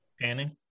Panning